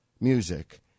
music